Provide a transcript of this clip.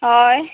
हय